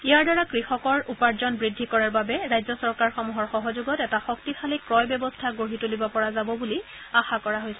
ইয়াৰ দ্বাৰা কৃষকৰ উপাৰ্জন বৃদ্ধি কৰাৰ বাবে ৰাজ্য চৰকাৰসমূহৰ সহযোগত এটা শক্তিশালী ক্ৰয় ব্যৱস্থা গঢ়ি তুলিব পৰা যাব বুলি আশা কৰা হৈছে